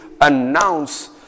announce